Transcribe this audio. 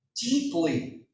deeply